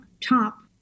top